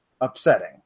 upsetting